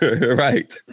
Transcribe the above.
Right